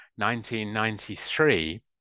1993